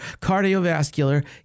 cardiovascular